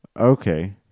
Okay